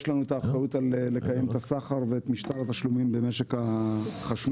יש לנו אחריות לקיים את הסחר ואת משטר התשלומים במשק החשמל.